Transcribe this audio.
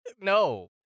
No